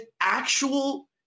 actual